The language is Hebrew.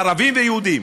ערבים ויהודים,